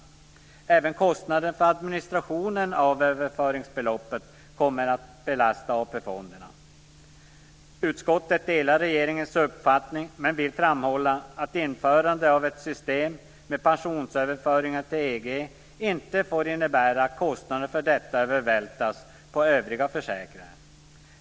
Även kostnaderna för administrationen av överföringsbeloppen kommer att belasta AP-fonderna. Utskottet delar regeringens uppfattning men vill framhålla att införande av ett system med pensionsöverföringar till EG inte får innebära att kostnaderna för detta övervältras på övriga försäkrade.